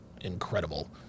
incredible